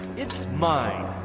it's mine